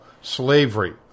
slavery